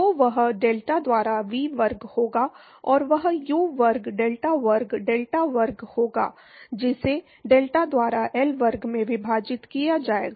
तो वह डेल्टा द्वारा V वर्ग होगा और वह U वर्ग डेल्टा वर्ग डेल्टा वर्ग होगा जिसे डेल्टा द्वारा L वर्ग में विभाजित किया जाएगा